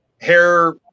hair